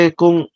kung